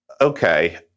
Okay